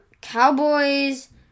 Cowboys